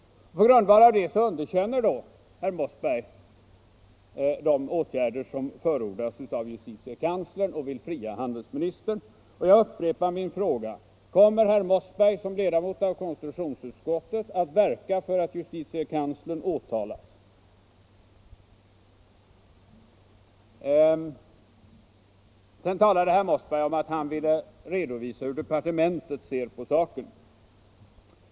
På grundval av det underkänner då herr Mossberg de åtgärder som förordas av justitiekanslern och vill fria handelsministern. Jag upprepar min fråga: Kommer herr Mossberg som ledamot av konstitutionsutskottet att verka för att justitiekanslern åtalas? Herr Mossberg talade också om att han ville redovisa hur departementet ser på saken.